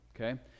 okay